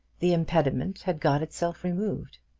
the impediment had got itself removed.